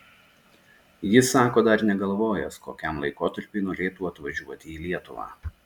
jis sako dar negalvojęs kokiam laikotarpiui norėtų atvažiuoti į lietuvą